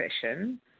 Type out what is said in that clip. session